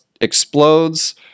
explodes